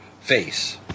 face